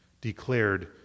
declared